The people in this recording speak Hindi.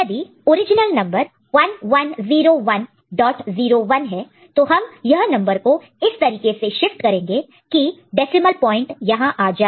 यदि ओरिजिनल नंबर 110101 है तो हम यह नंबर को इस तरीके से शिफ्ट करेंगे की डेसिमल प्वाइंट यहां आ जाए